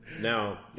Now